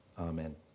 Amen